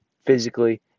physically